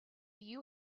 you